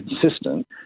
consistent